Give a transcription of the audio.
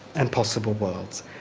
and possible worlds,